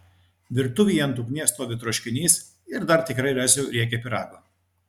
virtuvėje ant ugnies stovi troškinys ir dar tikrai rasiu riekę pyrago